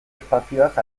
espazioaz